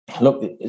Look